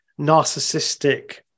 narcissistic